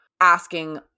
asking